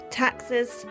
taxes